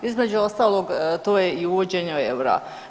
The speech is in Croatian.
Između ostalog to je i uvođenje eura.